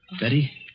Betty